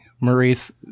Maurice